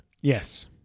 yes